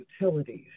utilities